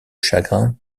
chagrin